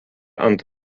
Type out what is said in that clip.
ant